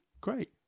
Great